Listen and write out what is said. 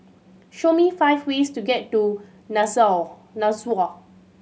show me five ways to get to Nassau